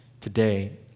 today